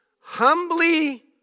Humbly